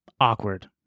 Awkward